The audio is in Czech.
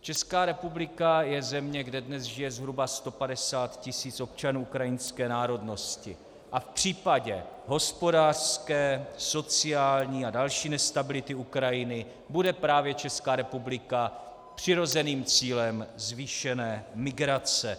Česká republika je země, kde dnes žije zhruba 150 tisíc občanů ukrajinské národnosti a v případě hospodářské, sociální a další nestability Ukrajiny bude právě Česká republika přirozeným cílem zvýšené migrace.